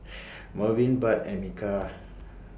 Merwin Budd and Micah